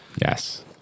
yes